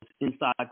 inside